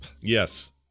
Yes